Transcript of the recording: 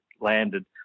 landed